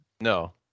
No